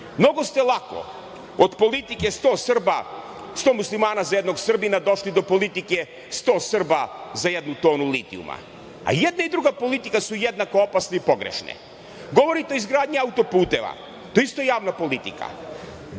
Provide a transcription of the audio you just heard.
ste lako od politike 100 muslimana za jednog Srbina došli do politike 100 Srba za jednu tonu litijuma, a i jedna i druga politika su jednako opasne i pogrešne. Govorite o izgradnji auto-puteva. To je isto javna politika.